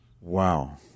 Wow